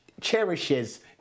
cherishes